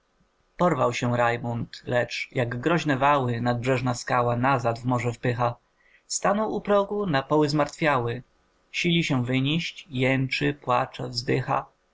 porwał się rajmund lecz jak groźne wały nadbrzeżna skała nazad w morze wpycha stanął u progu napoły zmartwiały sili się wyniść jęczy płacze wzdycha